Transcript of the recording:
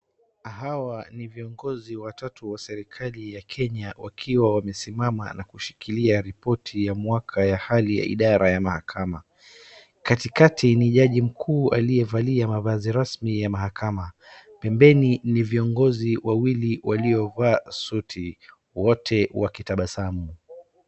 Hawa ni viongozi watatu wa serikali ya Kenya wakiwa wamesimama na kushikilia ripoti ya mwaka ya hali ya idara ya mahakama. Katikati ni jaji mkuu aliyevalia mavazi rasmi ya mahakama. Pembeni ni viongozi wawili waliovaa suti wote wakitabasamu.